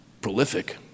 prolific